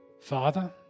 Father